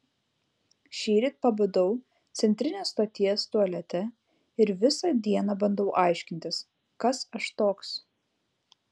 šįryt pabudau centrinės stoties tualete ir visą dieną bandau aiškintis kas aš toks